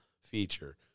feature